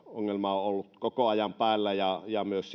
ongelma on ollut koko ajan päällä ja ja myös